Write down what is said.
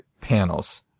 panels